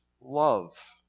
love